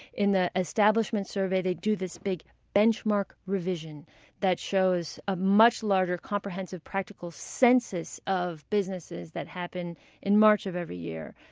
in the establishment survey, they do this big benchmark revision that shows a much larger, comprehensive, practical census of businesses that happen in march of every year.